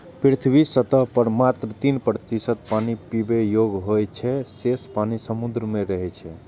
पृथ्वीक सतह पर मात्र तीन प्रतिशत पानि पीबै योग्य होइ छै, शेष पानि समुद्र मे रहै छै